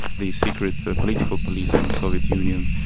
the secret political police in the soviet union,